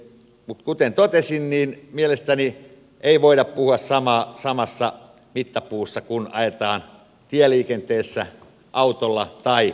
mutta kuten totesin mielestäni ei voida puhua samassa mittapuussa kun ajetaan autolla tieliikenteessä tai veneellä